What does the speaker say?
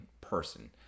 person